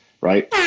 right